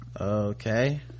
Okay